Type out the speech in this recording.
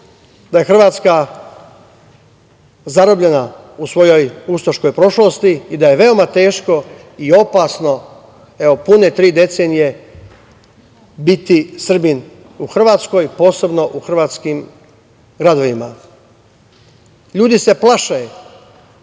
da je Hrvatska zarobljena u svojoj ustaškoj prošlosti i da je veoma teško i opasno, evo pune tri decenije, biti Srbin u Hrvatskoj, posebno u hrvatskim gradovima. Ljudi se plaše u